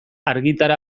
argitara